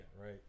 right